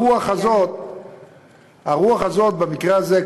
הרוח הזאת במקרה הזה,